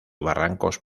barrancos